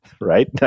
Right